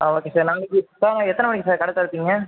ஆ okay sir நாளைக்கு sir எத்தனை மணிக்கு சார் கடை திறப்பிங்க